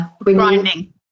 grinding